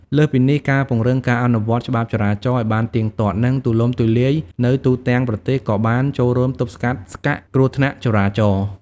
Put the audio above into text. លើសពីនេះ ការពង្រឹងការអនុវត្តច្បាប់ចរាចរណ៍ឱ្យបានទៀងទាត់ និងទូលំទូលាយនៅទូទាំងប្រទេសក៏បានចូលរួមទប់ស្កាត់ស្កាក់គ្រោះថ្នាក់ចរាចរណ៍។